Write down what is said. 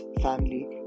family